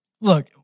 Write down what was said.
Look